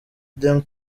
them